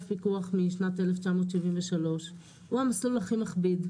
פיקוח משנת 1973. הוא המסלול הכי מכביד,